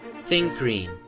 think green,